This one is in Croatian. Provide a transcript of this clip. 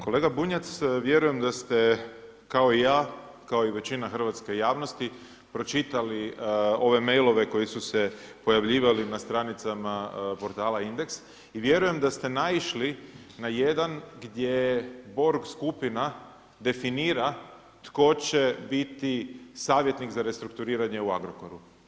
Kolega Bunjac, vjerujem da ste kao i ja kao i većina hrvatske javnosti, pročitali ove mailove koji su se pojavljivali na stranicama portala Indeks i vjerujem da ste naišli na jedan gdje Borg skupina definira tko će biti savjetnik za restrukturiranje u Agrokor.